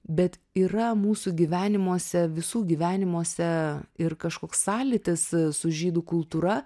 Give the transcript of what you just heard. bet yra mūsų gyvenimuose visų gyvenimuose ir kažkoks sąlytis su žydų kultūra